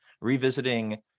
revisiting